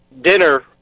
dinner